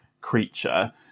creature